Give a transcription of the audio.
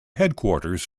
headquarters